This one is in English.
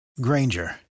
Granger